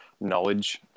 knowledge